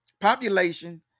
population